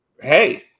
hey